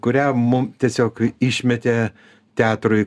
kurią mum tiesiog išmetė teatrui